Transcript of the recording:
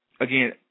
again